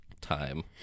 time